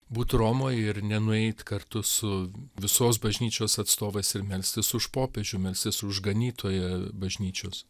būt romoj ir nenueit kartu su visos bažnyčios atstovais ir melstis už popiežių melstis už ganytoją bažnyčios